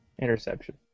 interception